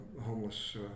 homeless